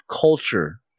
Culture